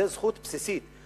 זאת זכות בסיסית.